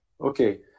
Okay